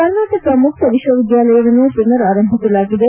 ಕರ್ನಾಟಕ ಮುಕ್ತ ವಿಶ್ವವಿದ್ಯಾಲಯವನ್ನು ಪುನರ್ ಆರಂಭಿಸಲಾಗಿದೆ